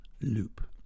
loop